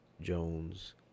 Jones